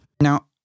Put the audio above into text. Now